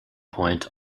point